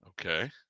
Okay